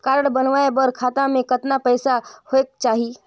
Card बनवाय बर खाता मे कतना पईसा होएक चाही?